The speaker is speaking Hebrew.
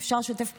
אפשר לשתף פעולה.